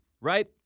right